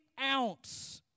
ounce